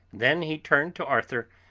then he turned to arthur,